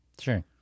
Sure